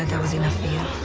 and that was enough for you.